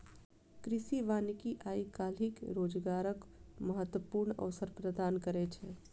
कृषि वानिकी आइ काल्हि रोजगारक महत्वपूर्ण अवसर प्रदान करै छै